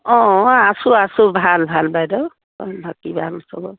অঁ অঁ আছোঁ আছোঁ ভাল ভাল বাইদেউ